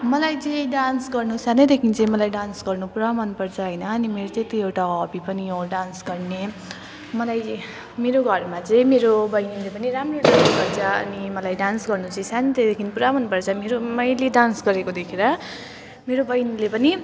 मलाई चाहिँ डान्स गर्नु सानैदेखि चाहिँ मलाई डान्स गर्नु पुरा मनपर्छ होइन अनि मेरो चाहिँ त्यो एउटा हबी पनि हो डान्स गर्ने मलाई मेरो घरमा चाहिँ मेरो बहिनीले पनि राम्रो राम्रो डान्स गर्छ अनि मलाई डान्स गर्नु चाहिँ सानै त्योदेखि पुरा मनपर्छ मेरो मैले डान्स गरेको देखेर मेरो बहिनीले पनि